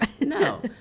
No